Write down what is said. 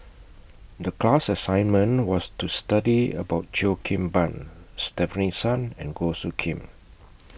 The class assignment was to study about Cheo Kim Ban Stefanie Sun and Goh Soo Khim